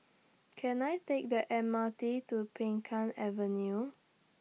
Can I Take The M R T to Peng Kang Avenue